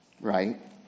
Right